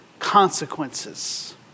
consequences